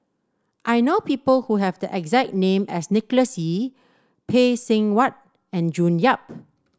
I know people who have the exact name as Nicholas Ee Phay Seng Whatt and June Yap